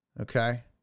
Okay